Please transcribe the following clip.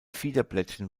fiederblättchen